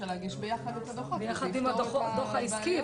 שנגיש ביחד את הדו"חות --- ביחד עם הדו"ח העסקי,